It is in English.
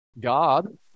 God